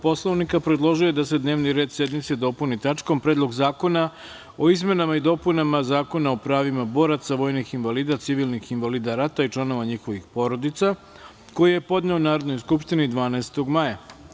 Poslovnika, predložio je da se dnevni red sednice dopuni tačkom – Predlog zakona o izmenama i dopunama Zakona o pravima boraca, vojnih invalida, civilnih invalida rata i članova njihovih porodica, koji je podneo Narodnoj skupštini 12. maja.